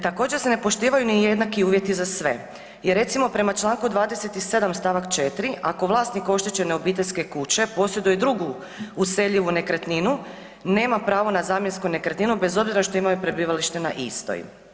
Također se ne poštivaju jednaki uvjeti za sve i recimo prema čl. 27. st. 4. ako vlasnik oštećene obiteljske kuće posjeduje drugu useljivu nekretninu nema pravo na zamjensku nekretninu bez obzira što imaju prebivalište na istoj.